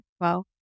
Wow